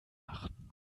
machen